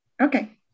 Okay